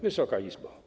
Wysoka Izbo!